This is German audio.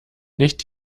nicht